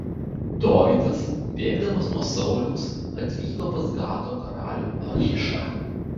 dovydas bėgdamas nuo sauliaus atvyko pas gato karalių achišą